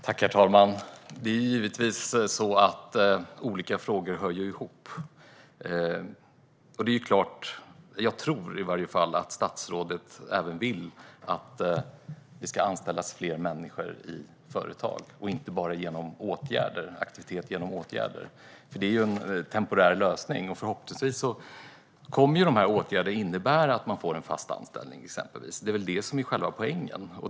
Herr talman! Det är givetvis så att olika frågor hör ihop. Det är klart - jag tror i varje fall - att även statsrådet vill att det ska anställas fler människor i företag och det inte bara genom aktivitet genom åtgärder. Det är ju en temporär lösning. Förhoppningsvis kommer de här åtgärderna att innebära att man får fast anställning. Det är väl det som är själva poängen.